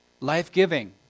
life-giving